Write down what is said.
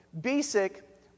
basic